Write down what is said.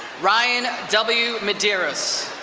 ryan w. madeiras.